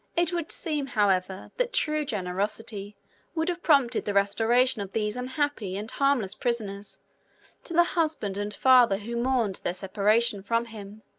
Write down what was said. it would seem, however, that true generosity would have prompted the restoration of these unhappy and harmless prisoners to the husband and father who mourned their separation from him,